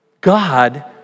God